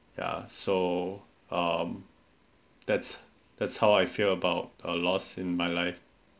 ya so um that's that's how I feel about a loss in my life